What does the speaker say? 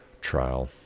trial